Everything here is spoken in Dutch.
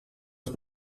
het